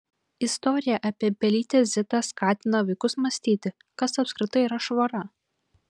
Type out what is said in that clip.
istorija apie pelytę zitą skatina vaikus mąstyti kas apskritai yra švara